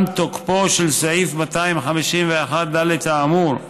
גם תוקפו של סעיף 251ד האמור,